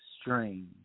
strange